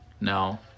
No